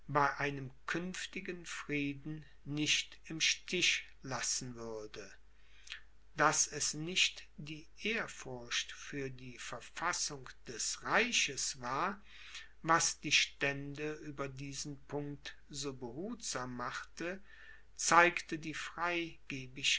bei einem künftigen frieden nicht im stich lassen würde daß es nicht die ehrfurcht für die verfassung des reiches war was die stände über diesen punkt so behutsam machte zeigte die